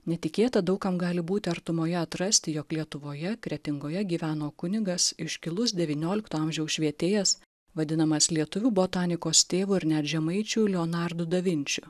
netikėta daug kam gali būti artumoje atrasti jog lietuvoje kretingoje gyveno kunigas iškilus devyniolikto amžiaus švietėjas vadinamas lietuvių botanikos tėvu ir net žemaičių leonardu davinčiu